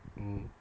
mm